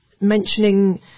mentioning